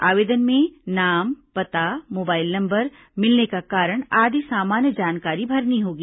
आवेदन में नाम पता मोबाइल नंबर मिलने का कारण आदि सामान्य जानकारी भरनी होगी